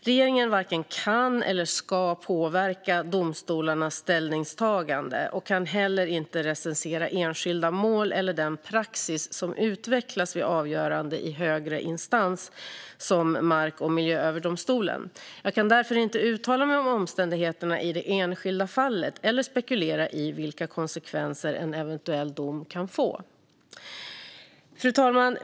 Regeringen varken kan eller ska påverka domstolarnas ställningstagande och kan heller inte recensera enskilda mål eller den praxis som utvecklas vid avgöranden i högre instans som Mark och miljööverdomstolen. Jag kan därför inte uttala mig om omständigheterna i det enskilda fallet eller spekulera i vilka konsekvenser en eventuell dom kan få. Fru talman!